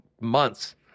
months